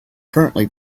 currently